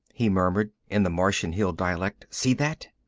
he murmured, in the martian hill dialect. see that?